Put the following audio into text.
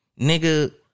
Nigga